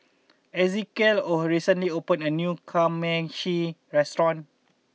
Ezekiel or recently opened a new Kamameshi restaurant